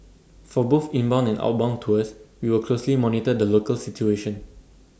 for both inbound and outbound tours we will closely monitor the local situation